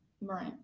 Right